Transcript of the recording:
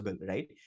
right